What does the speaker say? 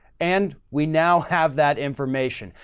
and, we now have that information.